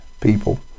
people